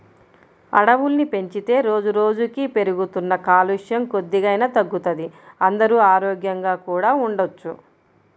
అడవుల్ని పెంచితే రోజుకి రోజుకీ పెరుగుతున్న కాలుష్యం కొద్దిగైనా తగ్గుతది, అందరూ ఆరోగ్యంగా కూడా ఉండొచ్చు